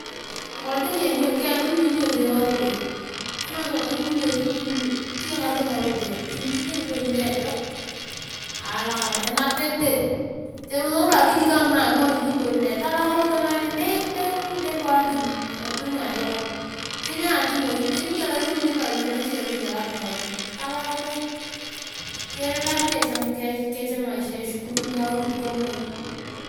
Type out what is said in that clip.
Tokora tani kimin iyong ngaropiyae kama tokona ngirwa lu esukuku lu kiyak iyong ngaropiyae imujete ngikom dee ejok alaakara elapete tani ngitunga lu akijij kangina kingolikis ngikon dee talakanos tamasi be ngide bo kaa ti lu enapito niajokon teni atii moi tani kigialak iyo ngide lu awi anache togilak nguorui talakaros kiendeleasi ke ekesh emaisha ichukumnito kiy.